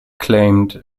claimed